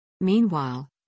Meanwhile